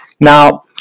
now